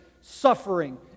suffering